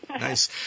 Nice